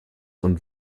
und